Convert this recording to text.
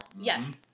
yes